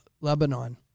Lebanon